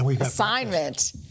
assignment